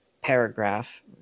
paragraph